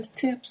tips